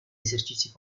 esercizi